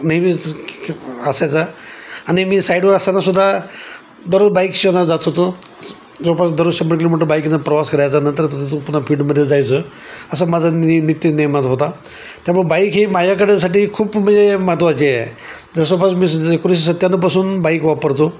नेहमीच असायचा आणि मी साईडवर असतानासुद्धा दररोज बाईकच्यानं जात होतो जवळपास दरोज शंभर किलोमीटर बाईकनं प्रवास करायचा नंतर तसा तो पुन्हा फील्डमध्ये जायचं असं माझा नि नित्यनेमच होता त्यामुळे बाईक ही माझ्याकडंसाठी खूप म्हणजे महत्त्वाचे आहे जसोपास मी एकोणीशे सत्त्याण्णवपासून बाईक वापरतो